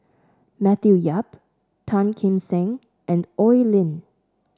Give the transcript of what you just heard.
Matthew Yap Tan Kim Seng and Oi Lin